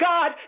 God